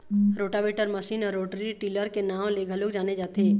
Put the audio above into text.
rotavator machine ह rotary tiller के नांव ले घलोक जाने जाथे